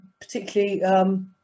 particularly